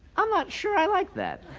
i'm not sure i like that.